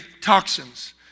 toxins